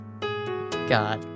God